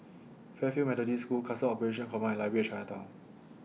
Fairfield Methodist School Customs Operations Command and Library At Chinatown